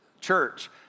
church